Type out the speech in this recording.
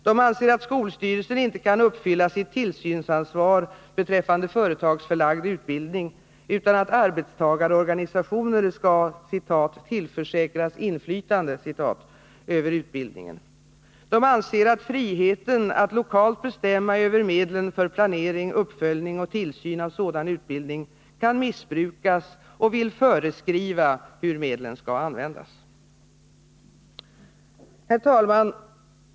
De anser att skolstyrelsen inte kan uppfylla sitt tillsynsansvar beträffande företagsförlagd utbildning utan att arbetstagarorganisationer skall ”tillförsäkras inflytande” över utbildningen. De anser att friheten att lokalt bestämma hur medel skall disponeras för planering, uppföljning och tillsyn av sådan utbildning kan missbrukas och vill föreskriva hur medlen skall användas. Herr talman!